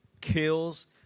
kills